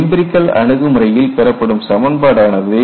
empirical அணுகுமுறையில் பெறப்படும் சமன்பாடு ஆனது